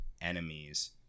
enemies